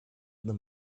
the